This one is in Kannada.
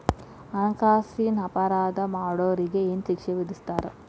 ಹಣ್ಕಾಸಿನ್ ಅಪರಾಧಾ ಮಾಡ್ದೊರಿಗೆ ಏನ್ ಶಿಕ್ಷೆ ವಿಧಸ್ತಾರ?